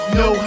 no